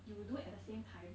you do at the same time